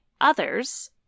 others